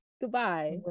goodbye